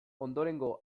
ondorengo